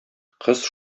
кыз